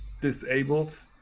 disabled